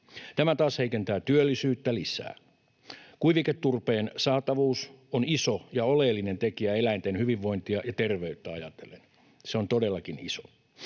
Tämä taas heikentää työllisyyttä lisää. Kuiviketurpeen saatavuus on iso ja oleellinen tekijä eläinten hyvinvointia ja terveyttä ajatellen. Se on todellakin iso.